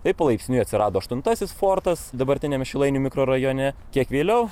taip palaipsniui atsirado aštuntasis fortas dabartiniame šilainių mikrorajone kiek vėliau